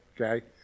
okay